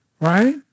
right